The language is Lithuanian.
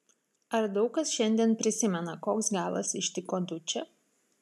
ar daug kas šiandien prisimena koks galas ištiko dučę